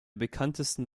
bekanntesten